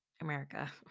america